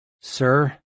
Sir